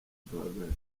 duhagaze